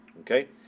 okay